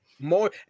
More